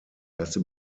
erste